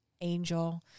angel